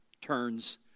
turns